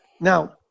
Now